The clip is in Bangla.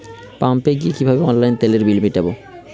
পাম্পে গিয়ে কিভাবে অনলাইনে তেলের বিল মিটাব?